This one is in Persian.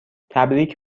تبریک